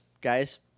Guys